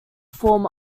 form